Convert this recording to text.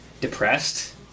depressed